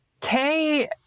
Tay